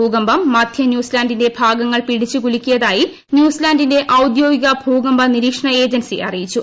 ഭൂകമ്പം മധ്യ ന്യൂസിലാന്റിന്റെ ഭാഗങ്ങൾ പിടിച്ച് കുലുക്കിയതായി ന്യൂസിലാന്റിന്റെ ഔദ്യോഗിക ഭൂകമ്പ നിരീക്ഷണ ഏജൻസി അറിയിച്ചു